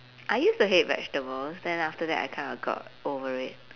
I used to hate vegetables then after that I kinda got over it